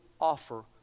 offer